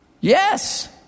Yes